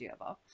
doable